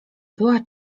była